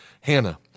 Hannah